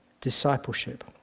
discipleship